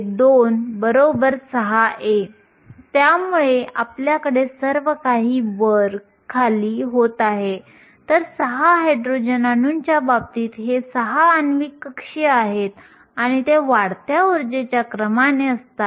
तर 0 केल्विनवर आपल्याकडे एक व्हॅलेन्स बँड असतो जो पूर्णपणे भरलेला असतो आणि एक वाहक बँड जो 0 केल्विन वरील कोणत्याही तापमानात पूर्णपणे रिकामा असतो